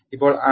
ഇപ്പോൾ ആർ